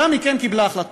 שם היא כן קיבלה החלטות.